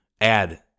add